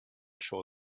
show